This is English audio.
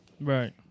Right